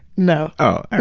no. oh.